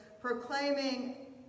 proclaiming